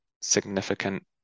significant